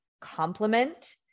complement